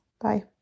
Bye